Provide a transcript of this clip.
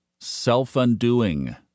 self-undoing